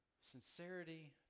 sincerity